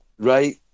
right